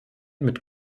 mit